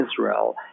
Israel